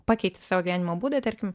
pakeiti savo gyvenimo būdą tarkim